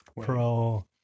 Pro